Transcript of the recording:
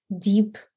deep